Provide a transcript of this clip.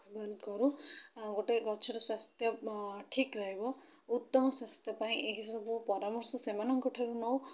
କରୁ ଆଉ ଗୋଟେ ଗଛର ସ୍ୱାସ୍ଥ୍ୟ ଠିକ୍ ରହିବ ଉତ୍ତମ ସ୍ୱାସ୍ଥ୍ୟ ପାଇଁ ଏହି ସବୁ ପରାମର୍ଶ ସେମାନଙ୍କଠାରୁ ନେଉ